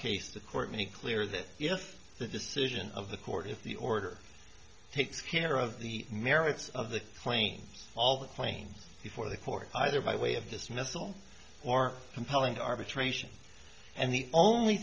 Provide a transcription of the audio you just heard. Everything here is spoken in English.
case the court made clear that if the decision of the court if the order takes care of the merits of the claims all the plain before the court either by way of dismissal or compelling arbitration and the only